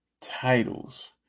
titles